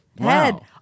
Head